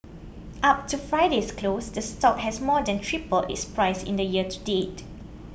up to Friday's close the stock has more than tripled its price in the year to date